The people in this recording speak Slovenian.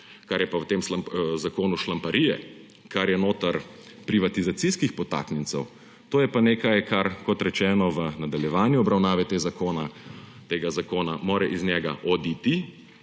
Kar pa je v tem zakonu šlamparije, kar je notri privatizacijskih podtaknjencev, to je pa nekaj, kar kot rečeno, v nadaljevanju obravnave tega zakona mora iz njega oditi.